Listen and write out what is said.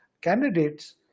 candidates